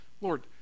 Lord